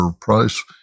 price